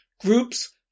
Groups